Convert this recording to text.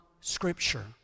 Scripture